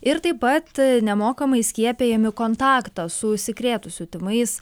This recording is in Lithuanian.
ir taip pat nemokamai skiepijami kontaktą su užsikrėtusiu tymais